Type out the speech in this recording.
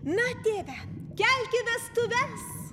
na tėve kelki vestuves